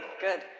good